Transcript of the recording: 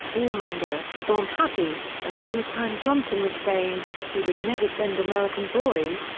warmonger, bomb happy, and all the time johnson was saying, he would never send american boys,